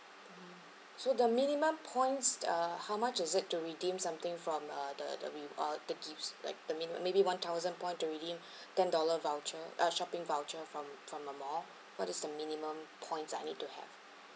mm so the minimum points uh how much is it to redeem something from uh the the re~ uh the gifts like the min~ maybe one thousand points to redeem ten dollar voucher uh shopping voucher from from a mall what is the minimum points I need to have